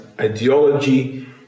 ideology